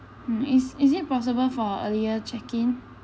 mm is is it possible for earlier check-in